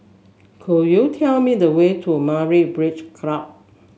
could you tell me the way to Myra Beach Club